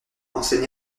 enseigné